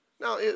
Now